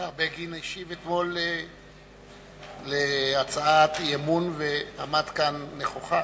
השר בגין השיב אתמול להצעת אי-אמון ועמד כאן נכוחה.